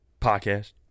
Podcast